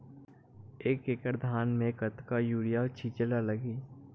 एक एकड़ धान में कतका यूरिया छिंचे ला लगही?